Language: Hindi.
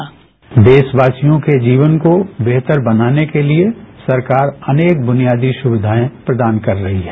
बाईट देरावासियों के जीवन को बेहतर बनाने के लिए सरकार अनेक बुनियादी सुविधाएं प्रदान कर रही है